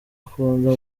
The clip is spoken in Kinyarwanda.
akunda